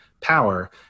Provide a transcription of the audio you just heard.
power